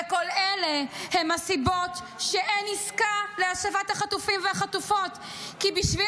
וכל אלה הן הסיבות שאין עסקה להשבת החטופים והחטופות כי בשביל